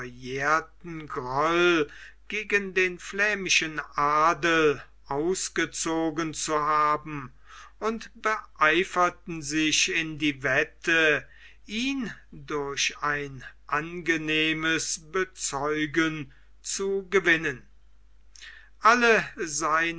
verjährten groll gegen den flämischen adel ausgezogen zu haben und beeiferten sich in die wette ihn durch ein angenehmes bezeigen zu gewinnen alle seine